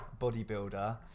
bodybuilder